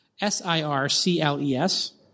s-i-r-c-l-e-s